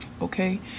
Okay